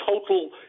total